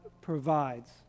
provides